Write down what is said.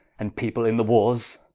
and people in the warres?